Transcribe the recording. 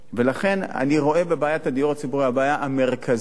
ולכן אני רואה בבעיית הדיור הציבורי הבעיה המרכזית.